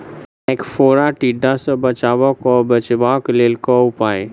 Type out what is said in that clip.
ऐंख फोड़ा टिड्डा सँ फसल केँ बचेबाक लेल केँ उपाय?